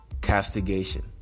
castigation